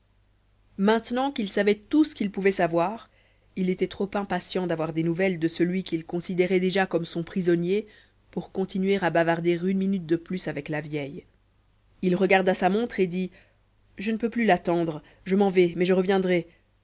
maintenant qu'il savait tout ce qu'il pouvait savoir il était trop impatient d'avoir des nouvelles de celui qu'il considérait déjà comme son prisonnier pour continuer à bavarder une minute de plus avec la vieille il regarda sa montre et dit je ne peux plus l'attendre je m'en vais mais je reviendrai